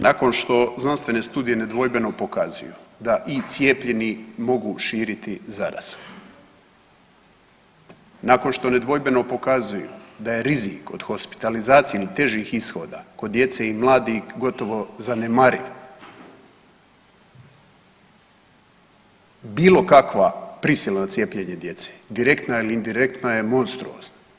Nakon što znanstvene studije nedvojbeno pokazuju da i cijepljeni mogu širiti zarazu, nakon što nedvojbeno pokazuju da je rizik od hospitalizacije ili težih ishoda kod djece i mladih gotovo zanemariv bilo kakva prisilna cijepljene djece direktna ili indirektna je monstruozna.